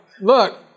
look